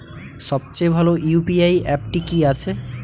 সবচেয়ে ভালো ইউ.পি.আই অ্যাপটি কি আছে?